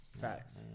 Facts